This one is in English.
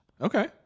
okay